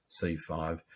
C5